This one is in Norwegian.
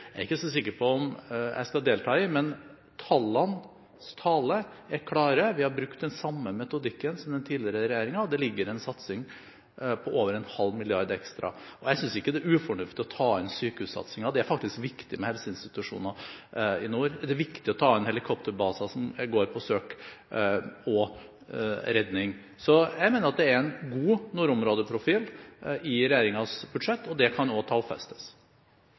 er jeg ikke så sikker på om jeg skal delta i, men tallenes tale er klar. Vi har brukt den samme metodikken som den tidligere regjeringen, og det ligger en satsing på over en halv milliard kroner ekstra. Jeg synes ikke det er ufornuftig å ta inn sykehussatsingen. Det er faktisk viktig med helseinstitusjoner i nord. Det er viktig å ta inn helikopterbaser som går på søk og redning. Jeg mener at det er en god nordområdeprofil i regjeringens budsjett, og det kan også tallfestes.